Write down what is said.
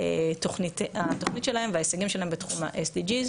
התוכנית שלהן ואת ההישגים שלהן בתחום ה-SDG.